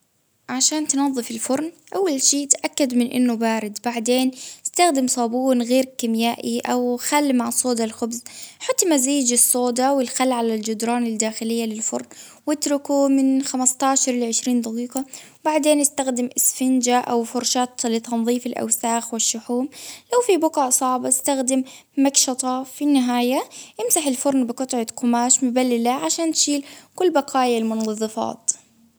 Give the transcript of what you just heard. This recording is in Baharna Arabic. عشان تنضف الفرن أول شي تأكد من إنه بارد، بعدين إستخدم صابون غير كيميائي، أو خل مع صودا الخبز حطي مزيج الصودا والخل على الجدران الداخلية للفرن واتركوه من خمسة عشر لعشرين دقيقة، بعدين إستخدم أسفنجة أو فرشاة لتنظيف الأوساخ والشحوم لو فيه بقع صعبة، إستخدم مكشطة في النهاية، إمسحي الفرن بقطعة قماش مبللة عشان تشيل كل بقايا المنظفات.